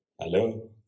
Hello